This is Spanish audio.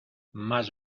más